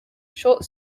short